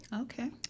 Okay